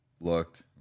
looked